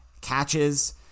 catches –